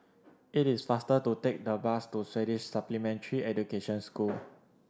it is faster to take the bus to Swedish Supplementary Education School